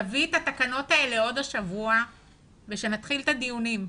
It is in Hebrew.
תביא את התקנות האלה עוד השבוע ונתחיל את הדיונים.